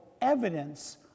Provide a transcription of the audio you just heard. evidence